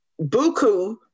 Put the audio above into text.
buku